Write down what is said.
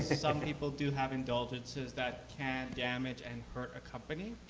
some people do have indulgences that can damage and hurt a company.